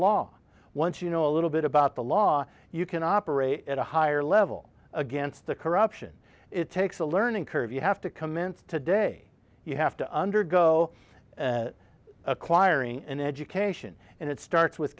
law once you know a little bit about the law you can operate at a higher level against the corruption it takes a learning curve you have to commence today you have to undergo acquiring an education and it starts with